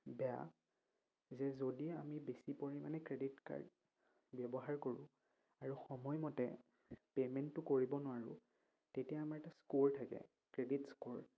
বেয়া যে যদি আমি বেছি পৰিমাণে ক্ৰেডিট কাৰ্ড ব্যৱহাৰ কৰোঁ আৰু সময়মতে পে'মেণ্টটো কৰিব নোৱাৰোঁ তেতিয়া আমাৰ এটা স্ক'ৰ থাকে ক্ৰেডিট স্ক'ৰ